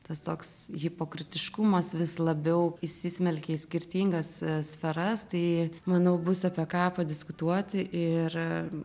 tas toks hipokritiškumas vis labiau įsismelkia į skirtingas sferas tai manau bus apie ką padiskutuoti ir